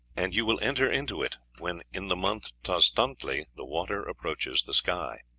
and you will enter into it when in the month tozontli the water approaches the sky